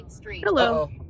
Hello